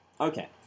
Okay